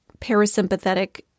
parasympathetic